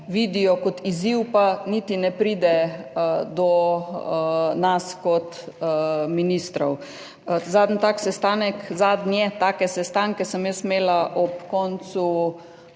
vidijo kot izziv, pa niti ne pride do nas kot ministrov. Zadnje take sestanke sem imela ob koncu